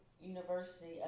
University